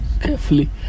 carefully